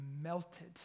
melted